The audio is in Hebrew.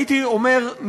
הייתי אומר,